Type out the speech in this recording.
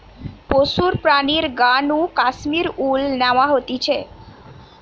পশুর প্রাণীর গা নু কাশ্মীর উল ন্যাওয়া হতিছে